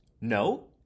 No